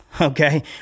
okay